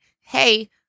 hey